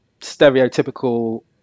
stereotypical